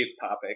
topic